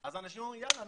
אז אנשים אומרים: יאללה,